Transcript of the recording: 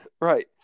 Right